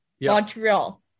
Montreal